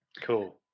Cool